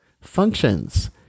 functions